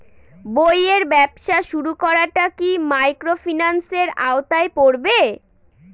বইয়ের ব্যবসা শুরু করাটা কি মাইক্রোফিন্যান্সের আওতায় পড়বে?